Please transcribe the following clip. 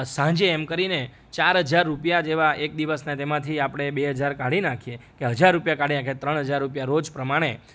સાંજે એમ કરીને ચાર હજાર રૂપિયા જેવા એક દિવસના તેમાંથી આપણે બે હજાર કાઢી નાખીએ કે હજાર રૂપિયા કાઢી નાખીએ ત્રણ હજાર રૂપિયા રોજ પ્રમાણે